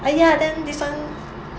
!aiya! then this [one]